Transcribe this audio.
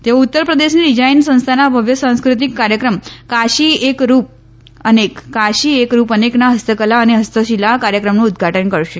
તેઓ ઉત્તર પ્રદેશની ડિઝાઈન સંસ્થાના ભવ્ય સાંસ્કૃતિક કાર્યક્રમ કાશી એક રૂપ અનેકના હસ્તકલા અને હસ્તશિલા કાર્યક્રમનું ઉદ્વાટન કરશે